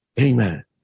Amen